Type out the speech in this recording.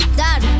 dad